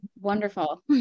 wonderful